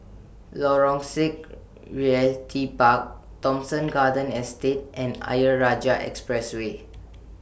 Lorong six Realty Park Thomson Garden Estate and Ayer Rajah Expressway